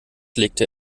legte